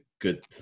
good